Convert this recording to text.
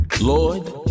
Lord